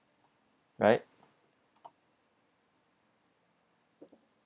right